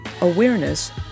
awareness